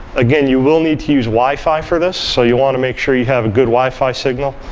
again, you will need to use wi-fi for this. so you'll want to make sure you have a good wi-fi signal.